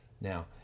now